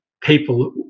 people